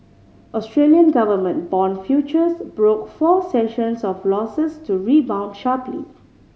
Australian government bond futures broke four sessions of losses to rebound sharply